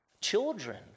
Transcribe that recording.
children